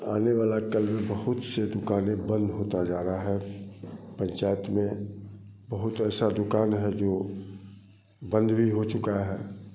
आने वाला कल में बहुत से दुकानें बँद होता जा रहा है पँचायत में बहुत ऐसा दुकान है जो बंद भी हो चुका है